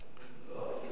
לא,